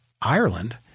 Ireland